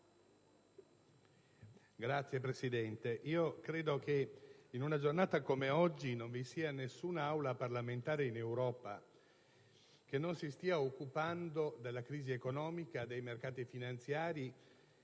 Signor Presidente, credo che in una giornata come questa non vi sia nessuna Aula parlamentare in Europa che non si stia occupando della crisi economica, dei mercati finanziari,